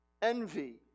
Envy